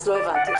לא הבנתי.